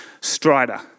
Strider